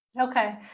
Okay